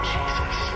Jesus